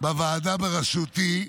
בוועדה בראשותי.